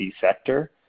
sector